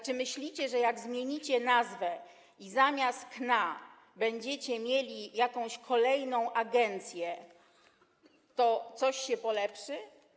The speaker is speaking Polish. Czy myślicie, że jak zmienicie nazwę i zamiast KNA będziecie mieli jakąś kolejną agencję, to coś się polepszy?